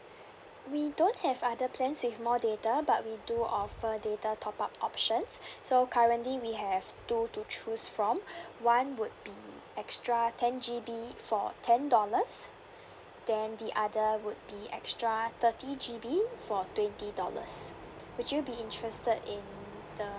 we don't have other plans with more data but we do offer data top up options so currently we have two to choose from one would be extra ten G_B for ten dollars then the other would be extra thirty G_B for twenty dollars would you be interested in the